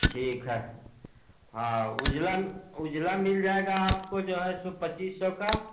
ठीक है हाँ उजला उजला मिल जाएगा आपको जो सो पच्चीस सौ का